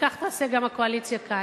וכך תעשה הקואליציה גם כאן,